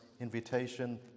invitation